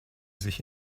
sich